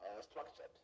structured